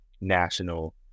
national